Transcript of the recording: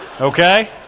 Okay